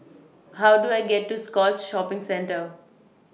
How Do I get to Scotts Shopping Centre